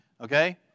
okay